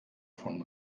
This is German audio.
von